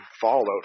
fallout